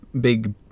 big